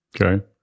Okay